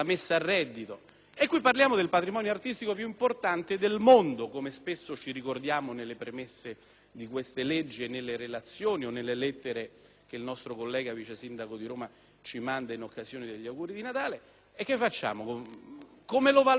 qui parliamo del patrimonio artistico più importante del mondo, come spesso ci ricordiamo nelle premesse di queste leggi e nelle relazioni o nelle lettere che il nostro collega vice sindaco di Roma ci manda in occasione degli auguri di Natale; e allora, che facciamo? Come lo valorizziamo?